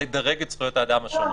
לדרג את זכויות האדם השונות,